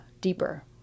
deeper